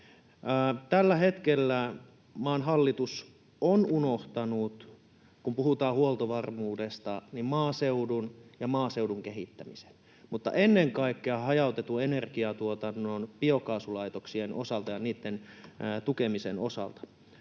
tällä hetkellä maan hallitus on unohtanut maaseudun ja maaseudun kehittämisen mutta ennen kaikkea hajautetun energiatuotannon biokaasulaitoksien ja niitten tukemisen osalta.